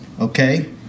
okay